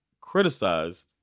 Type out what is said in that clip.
criticized